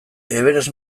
everest